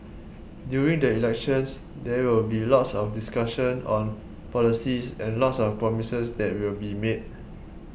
during the elections there will be lots of discussion on policies and lots of promises that will be made